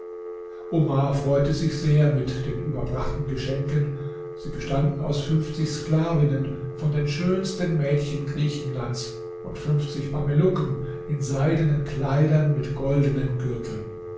omar freute sich sehr mit den überbrachten geschenken sie bestanden aus fünfzig sklavinnen von den schönsten mädchen griechenlands und fünfzig mamelucken in seidenen kleidern mit goldenen gürteln